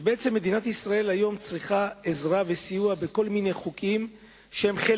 ובעצם מדינת ישראל צריכה היום עזרה וסיוע בכל מיני חוקים שחלקם